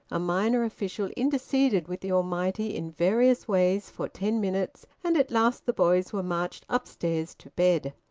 a minor official interceded with the almighty in various ways for ten minutes, and at last the boys were marched upstairs to bed.